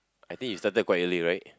I think we started quite early right